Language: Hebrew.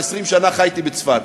ו-20 שנה חייתי בצפת.